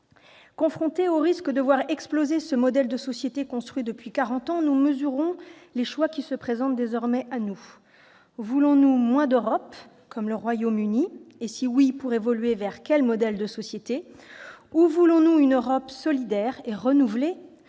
Confrontés au risque de voir exploser ce modèle de société construit depuis quarante ans, nous mesurons les choix qui se présentent désormais à nous. Voulons-nous moins d'Europe, comme le Royaume-Uni- et, si oui, pour évoluer vers quel modèle de société ?-, ou voulons-nous une Europe solidaire et renouvelée